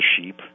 sheep